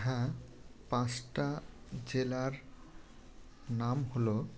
হ্যাঁ পাঁচটা জেলার নাম হলো